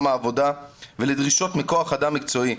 העבודה ולדרישות מכוח אדם מקצועי.